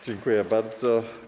Dziękuję bardzo.